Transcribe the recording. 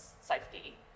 safety